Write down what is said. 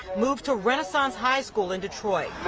moved to renaissance high school in detroit.